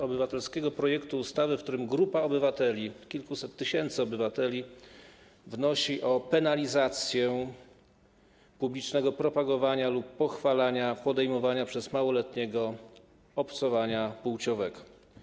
Obywatelskiego projektu ustawy, w którym grupa kilkuset tysięcy obywateli wnosi o penalizację publicznego propagowania lub pochwalania podejmowania przez małoletniego obcowania płciowego.